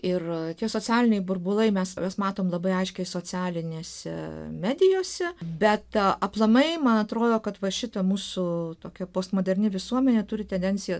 ir tie socialiniai burbulai mes mes matom labai aiškiai socialinėse medijose bet aplamai man atrodo kad va šito mūsų tokia postmoderni visuomenė turi tendenciją